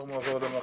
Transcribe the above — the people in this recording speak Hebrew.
החומר מועבר למח"ש.